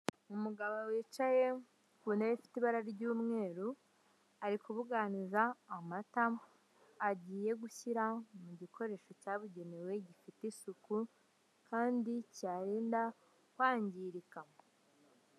Umugabo wicaye ku ntebe ifite ibara ry'umweru, ari kubuganiza amata agiye gushyira mu gikoresho cyabugenewe gifite isuku kandi kiyarinda kwangirika.